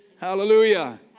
Hallelujah